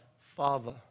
Father